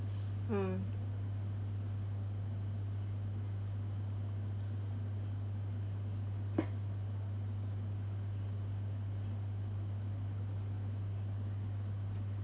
mm